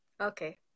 Okay